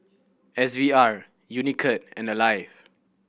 S V R Unicurd and Alive